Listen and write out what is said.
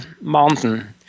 mountain